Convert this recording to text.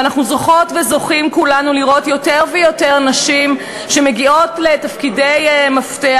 ואנחנו זוכות וזוכים כולנו לראות יותר ויותר נשים שמגיעות לתפקידי מפתח,